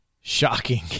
shocking